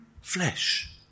flesh